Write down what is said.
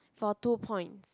for two points